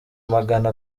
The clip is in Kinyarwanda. magana